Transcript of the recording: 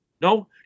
no